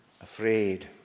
afraid